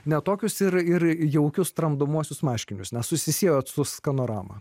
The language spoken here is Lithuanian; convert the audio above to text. ne tokius ir ir jaukius tramdomuosius marškinius nesusisiekėte su skanorama